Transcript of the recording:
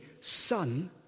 son